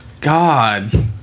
God